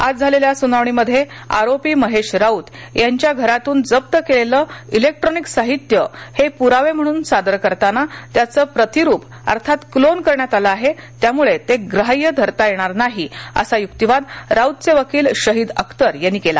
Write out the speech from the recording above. आज झालेल्या सुनावणीमध्ये आरोपी महेश राऊत यांच्या घरातून जप्त केलेलं ईलेक्ट्रॉनिक साहित्य हे पुरावे म्हणून सादर करताना त्याचं प्रतिरूप अर्थात क्लोन करण्यात आले आहेत त्यमुळे ते ग्राह्य धरता येणार नाहीत असा युक्तिवाद राऊतचे वकील शहीद अख्तर यांनी केला